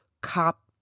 cop